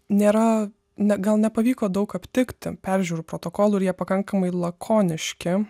nėra ne gal nepavyko daug aptikti peržiūrų protokolų ir jie pakankamai lakoniški